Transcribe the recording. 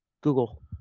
Google